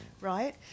right